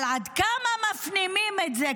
אבל עד כמה מפנימים את זה?